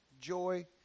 joy